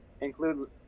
include